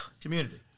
community